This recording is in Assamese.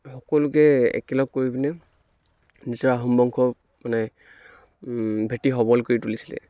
সকলোকে একেলগ কৰি পিনে নিজৰ আহোম বংশৰ মানে ভেটি সবল কৰি তুলিছিলে